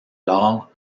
alors